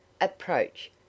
Approach